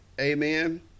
Amen